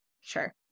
Sure